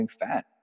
fat